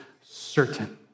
certain